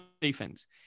defense